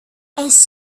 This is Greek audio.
εσύ